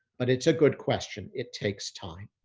but it's a good question. it takes time.